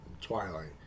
Twilight